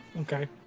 Okay